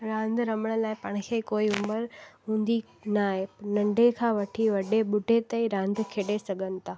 रांधि रहण लाइ पाण खे कोई उमिरि हूंदी न आहे नंढे खां वठी वॾे ॿुढे ताईं रांधि खेॾे सघनि था